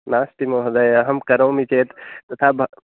नास्ति महोदयः अहं करोमि चेत् तथा भ